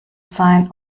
sein